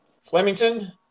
Flemington